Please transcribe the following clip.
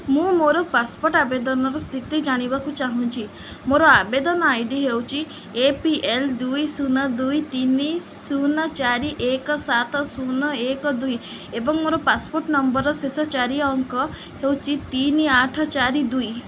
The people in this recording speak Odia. ମୁଁ ମୋର ପାସପୋର୍ଟ ଆବେଦନର ସ୍ଥିତି ଜାଣିବାକୁ ଚାହୁଁଛି ମୋର ଆବେଦନ ଆଇ ଡ଼ି ହେଉଛି ଏ ପି ଏଲ୍ ଦୁଇ ଶୂନ ଦୁଇ ତିନି ଶୂନ ଚାରି ଏକ ସାତ ଶୂନ ଏକ ଦୁଇ ଏବଂ ମୋର ପାସପୋର୍ଟ ନମ୍ବରର ଶେଷ ଚାରି ଅଙ୍କ ହେଉଚି ତିନି ଆଠ ଚାରି ଦୁଇ